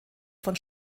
von